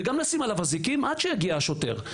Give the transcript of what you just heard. וגם לשים עליו אזיקים עד שיגיע השוטר,